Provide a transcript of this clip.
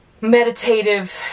meditative